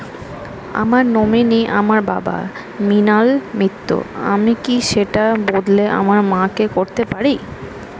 আমার নমিনি আমার বাবা, মৃণাল মিত্র, আমি কি সেটা বদলে আমার মা কে করতে পারি?